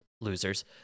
Losers